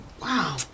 Wow